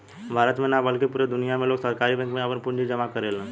भारत में ना बल्कि पूरा दुनिया में लोग सहकारी बैंक में आपन पूंजी जामा करेलन